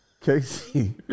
Casey